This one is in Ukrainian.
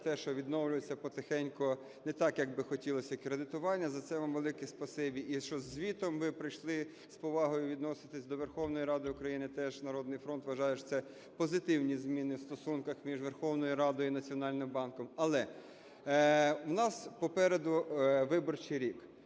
те, що відновлюється потихеньку, не так, як би хотілося, кредитування. За це вам велике спасибі. І що зі звітом ви прийшли, з повагою відноситесь до Верховної Ради України теж, "Народний фронт" вважає, що це позитивні зміни в стосунках між Верховною Радою і Національним банком. Але, у нас попереду виборчий рік.